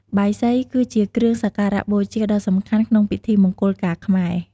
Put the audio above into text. បាយសី គឺជាគ្រឿងសក្ការៈបូជាដ៏សំខាន់ក្នុងពិធីមង្គលការខ្មែរ។